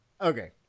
okay